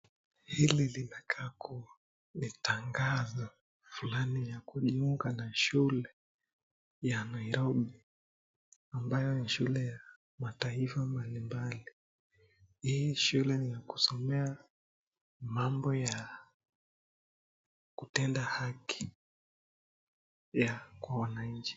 Hili linakaa kuwa ni tangazo fulani ya kujiunga na shule ya Nairobi ambayo ni shule ya mataifa mbalimbali. Hii shule ni ya kusomea mambo ya kutenda haki kwa mwananchi.